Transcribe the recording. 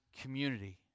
community